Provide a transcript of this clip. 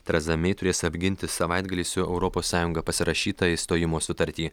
trazami turės apginti savaitgalį su europos sąjunga pasirašytą išstojimo sutartį